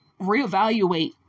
reevaluate